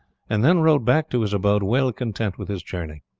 and then rode back to his abode well content with his journey.